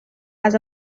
has